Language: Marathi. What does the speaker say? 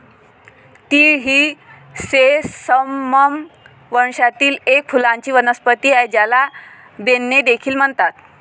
तीळ ही सेसमम वंशातील एक फुलांची वनस्पती आहे, ज्याला बेन्ने देखील म्हणतात